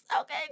okay